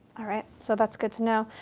all right, so that's good to know.